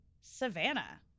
savannah